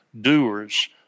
doers